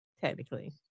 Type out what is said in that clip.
technically